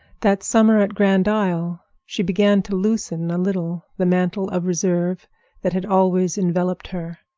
that summer at grand isle she began to loosen a little the mantle of reserve that had always enveloped her.